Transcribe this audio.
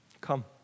Come